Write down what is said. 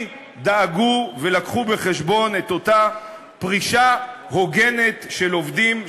דאגו ולקחו בחשבון את אותה פרישה הוגנת של עובדים,